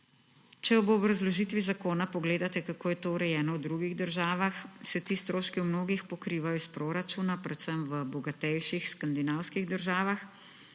Če v obrazložitvi zakona pogledate, kako je to urejeno v drugih državah, se ti stroški v mnogih pokrivajo iz proračuna, predvsem v bogatejših skandinavskih državah,